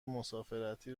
مسافرتی